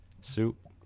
soup